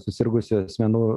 susirgusių asmenų